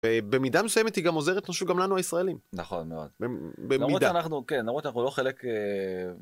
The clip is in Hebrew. במידה מסוימת היא גם עוזרת גם לנו הישראלים, נכון מאוד, במידה, למרות שאנחנו לא חלק ב...